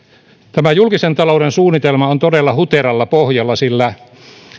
tämä julkisen talouden suunnitelma on todella huteralla pohjalla sillä